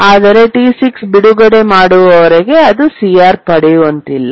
ಆದರೆ T6 ಬಿಡುಗಡೆ ಮಾಡುವವರೆಗೆ ಅದು CR ಪಡೆಯುವುದಿಲ್ಲ